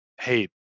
Hey